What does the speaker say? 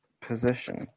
position